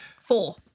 four